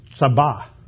sabah